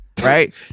right